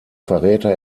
verräter